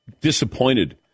disappointed